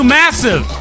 massive